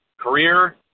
career